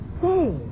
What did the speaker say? Say